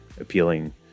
appealing